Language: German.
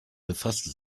befasste